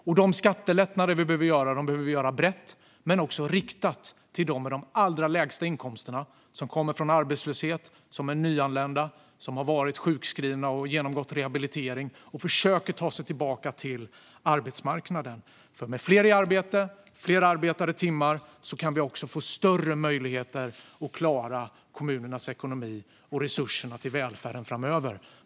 Och de skattelättnader som vi behöver göra behöver vi göra brett men också riktat till dem med de allra lägsta inkomsterna som kommer från arbetslöshet, som är nyanlända eller som har varit sjukskrivna och genomgått rehabilitering och försöker ta sig tillbaka till arbetsmarknaden. För med fler i arbete och fler arbetade timmar kan vi få större möjligheter att klara kommunernas ekonomi och resurserna till välfärden framöver.